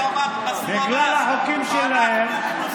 ובגלל החוקים שלהן, לא, רגע.